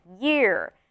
year